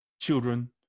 children